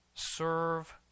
Serve